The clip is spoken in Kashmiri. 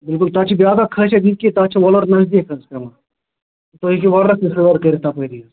بِلکُل تَتھ چھِ بیٛاکھ اکھ خٲصِیت یہِ کہِ تَتھ چھِ وۅلر نٔزدیٖک حظ پیٚوان تُہۍ ہیٚکِو وۅلرس تہِ سٲل کٔرِتھ تپٲری